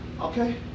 Okay